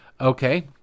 Okay